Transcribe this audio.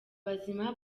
bazima